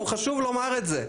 חשוב לומר את זה,